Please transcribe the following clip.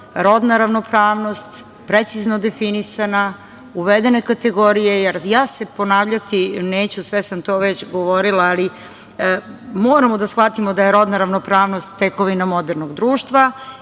rodna ravnopravnost, precizno definisana uvedene kategorije, ja se ponavljati neću, sve sam to govorila. Moramo da shvatimo da je rodna ravnopravnost tekovina modernog društva